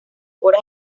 horas